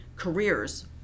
Careers